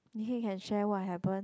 okay you can share what happen